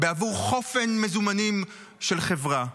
בעבור חופן מזומנים של חברה.